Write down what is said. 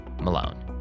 Malone